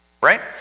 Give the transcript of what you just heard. Right